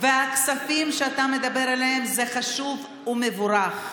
והכספים שאתה מדבר עליהם, זה חשוב ומבורך.